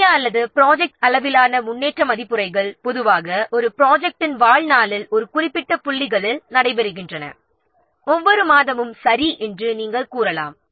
முக்கிய அல்லது ப்ராஜெக்ட் அளவிலான முன்னேற்ற மதிப்புரைகள் பொதுவாக ஒரு ப்ராஜெக்ட்டின் வாழ்நாளில் ஒரு குறிப்பிட்ட புள்ளிகளில் நடைபெறுகின்றன ஒவ்வொரு மாதமும் சரி என்று கூறலாம்